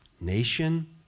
nation